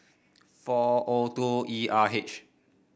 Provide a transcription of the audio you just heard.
four O two E R H